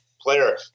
player